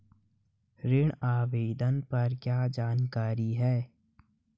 ऋण आवेदन पर क्या जानकारी है?